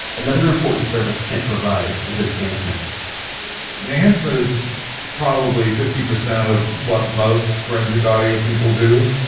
another important service kent provides is enhancement enhancement is probably fifty percent of what most forensic audio people do.